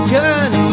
good